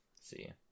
See